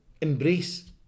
embrace